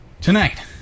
tonight